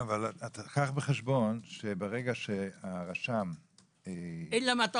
קח בחשבון שברגע שהרשם- -- אלא אם כן אתה